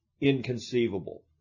inconceivable